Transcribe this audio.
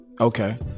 okay